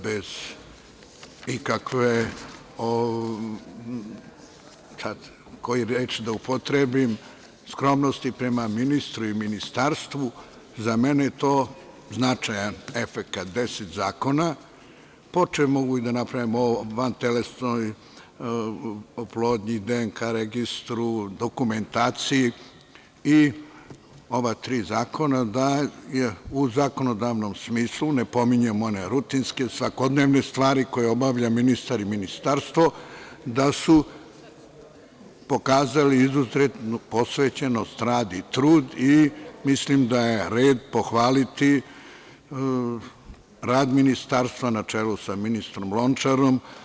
Bez ikakve skromnosti prema ministru i ministarstvu, za mene je to značajan efekat, 10 zakona, počev od vantelesne oplodnje, DNK registru, dokumentaciji i ova tri, u zakonodavnom smislu, ne pominjem one rutinske, svakodnevne stvari koje obavlja ministar i ministarstvo, mislim da su pokazali izuzetnu posvećenost, rad i trud i mislim da je red pohvaliti rad ministarstva, na čelu sa ministrom Lončarom.